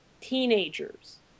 teenagers